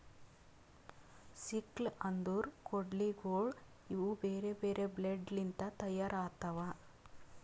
sickle ಅಂದುರ್ ಕೊಡ್ಲಿಗೋಳ್ ಇವು ಬೇರೆ ಬೇರೆ ಬ್ಲೇಡ್ ಲಿಂತ್ ತೈಯಾರ್ ಆತವ್